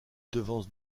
devance